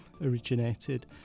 originated